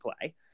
play